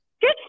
Good